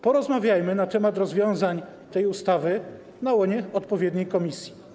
Porozmawiajmy na temat rozwiązań tej ustawy na łonie odpowiedniej komisji.